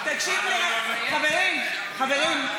חברים, חברים.